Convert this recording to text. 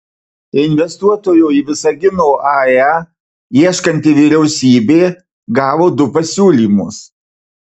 investuotojo į visagino ae ieškanti vyriausybė gavo du pasiūlymus